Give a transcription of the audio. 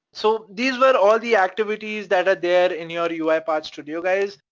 so these were all the activities that are there in your uipath studio, guys.